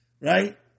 right